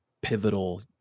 pivotal